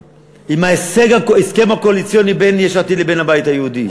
עם ההסכם הקואליציוני בין יש עתיד לבין הבית היהודי.